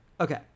Okay